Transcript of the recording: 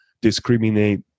discriminate